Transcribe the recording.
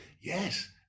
yes